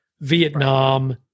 Vietnam